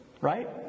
Right